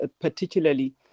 particularly